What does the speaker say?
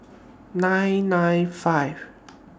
nine nine five